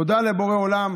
תודה לבורא עולם